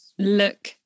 look